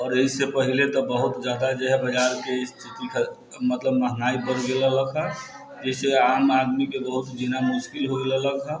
आओर एहिसँ पहिले तऽ बहुत ज्यादा जे हइ बाजारके स्थिति मतलब महगाइ बढ़ि गेल रहलैए जाहिसँ आम आदमीके बहुत जीना मुश्किल हो गेल रहलैए हइ